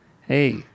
Hey